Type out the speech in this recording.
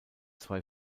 zwei